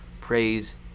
Praise